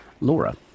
Laura